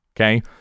Okay